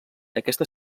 aquesta